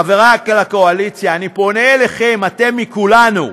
חבריי לקואליציה, אני פונה אליכם, אתם מכולנו,